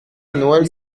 noël